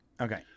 Okay